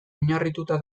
oinarrituta